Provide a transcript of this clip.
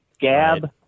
Gab